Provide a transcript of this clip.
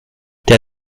der